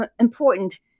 important